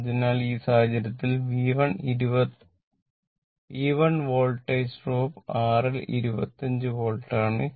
അതിനാൽ ഈ സാഹചര്യത്തിൽ V1 വോൾട്ടേജ് ഡ്രോപ്പ് R ൽ 25 വോൾട്ട് ആണ്